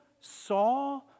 saw